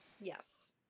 Yes